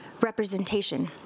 representation